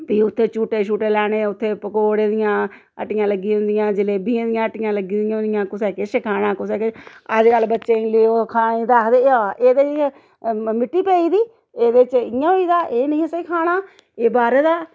फ्ही उत्थें झूटे शूटे लैने उत्थें पकौड़ें दियां ह्ट्टियां लग्गी दियां होंदियां जलेबियें दियां ह्ट्टियां लग्गी दियां होंदियां कुसै किश खाना कुसै किश अज्जकल बच्चें गी लेओ खाने गी ते आखदे एह् हा एह्दे च मिट्टी पेई दी एह्दे च इ'यां होई गेदा एह् नी असें खाना एह् बाह्रा दा